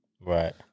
Right